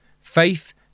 faith